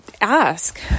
ask